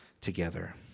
together